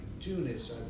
Tunis